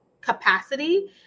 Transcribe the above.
capacity